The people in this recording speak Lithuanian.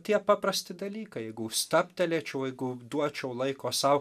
tie paprasti dalykai jeigu stabtelėčiau jeigu duočiau laiko sau